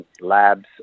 labs